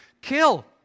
kill